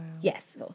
Yes